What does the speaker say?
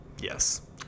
Yes